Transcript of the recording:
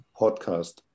podcast